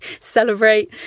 celebrate